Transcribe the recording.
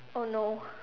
oh no